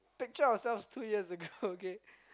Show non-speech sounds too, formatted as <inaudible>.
pictures of ourselves two years ago <laughs> okay